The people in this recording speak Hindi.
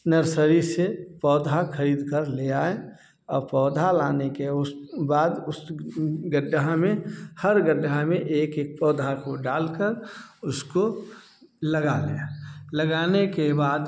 नर्सरी से पौधा खरीद कर ले आएँ पौधा लाने के उस बाद उस गड्ढा में हर गड्ढा में एक एक पौधा को डाल कर उसको लगा लें लगाने के बाद